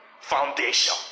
Foundation